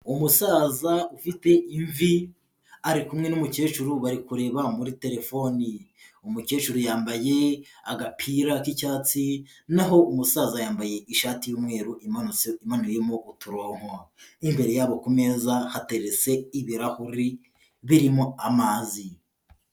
Umusaza ufite imvi ari kumwe n'umukecuru bari kureba muri telefoni, umukecuru yambaye agapira k'icyatsi naho umusaza yambaye ishati y'umweru imanutse imuyemo uturongo, imbere yabo ku meza hateretse ibirahuri birimo amazi.